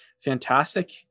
fantastic